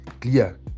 clear